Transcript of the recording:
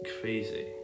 crazy